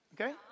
Okay